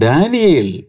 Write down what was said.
Daniel